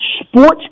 sports